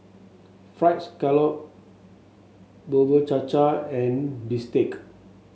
fried scallop Bubur Cha Cha and bistake